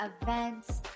events